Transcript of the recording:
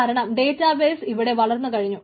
കാരണം ഡേറ്റാബെയ്സ് ഇവിടെ വളർന്നു കഴിഞ്ഞു